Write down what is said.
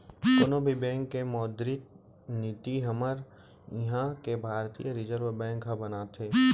कोनो भी बेंक के मौद्रिक नीति हमर इहाँ के भारतीय रिर्जव बेंक ह बनाथे